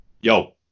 Yo